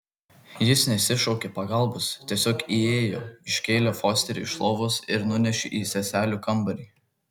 jis nesišaukė pagalbos tiesiog įėjo iškėlė fosterį iš lovos ir nunešė į seselių kambarį